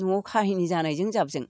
न'आव खाहिनि जानायजों जाबजों